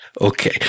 Okay